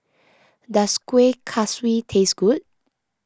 does Kueh Kaswi taste good